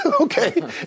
Okay